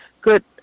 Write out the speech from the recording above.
Good